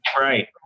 Right